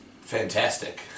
fantastic